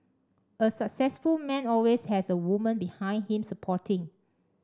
a successful man always has a woman behind him supporting